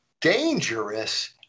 dangerous